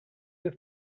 have